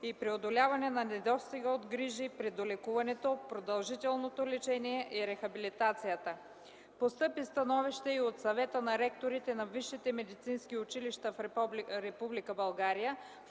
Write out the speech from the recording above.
и преодоляване на недостига от грижи при долекуването, продължителното лечение и рехабилитацията. Постъпи становище и от Съвета на ректорите на висшите